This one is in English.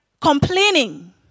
complaining